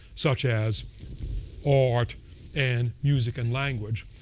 such as art and music and language,